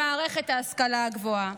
במערכת ההשכלה הגבוהה?